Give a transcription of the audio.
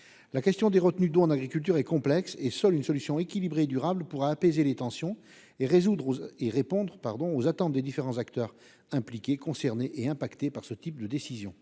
La question des retenues d'eau en agriculture est complexe. Seule une solution équilibrée et durable pourra apaiser les tensions et répondre aux attentes des différents acteurs concernés par ce type de décision.